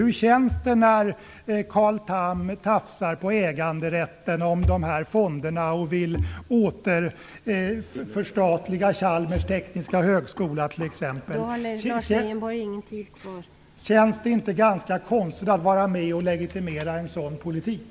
Hur känns det när Carl Tham tafsar på äganderätten till de här fonderna och vill återförstatliga Chalmers tekniska högskola? Känns det inte ganska konstigt att vara med och legitimera en sådan politik?